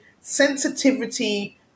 sensitivity